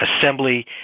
assembly